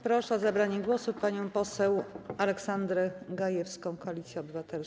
Proszę o zabranie głosu panią poseł Aleksandrę Gajewską, Koalicja Obywatelska.